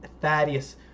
Thaddeus